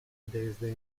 desde